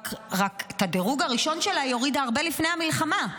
רק את הדירוג הראשון שלה היא הורידה הרבה לפני המלחמה.